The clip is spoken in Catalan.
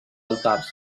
altars